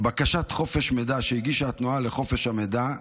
בקשת חופש מידע שהגישה התנועה לחופש המידע,